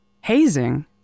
Hazing